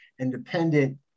independent